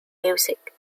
music